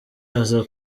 aza